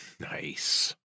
Nice